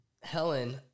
Helen